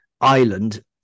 island